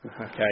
Okay